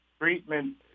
Treatment